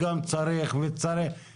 לכן הם לא מתכנסים וכל מפרט לוקח 200 שנים